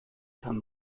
kann